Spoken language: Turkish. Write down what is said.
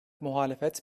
muhalefet